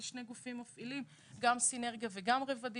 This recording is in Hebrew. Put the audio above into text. יש שני גופים מפעילים, גם סינרגיה וגם רבדים.